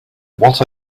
what